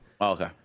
okay